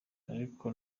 ariko